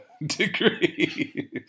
degree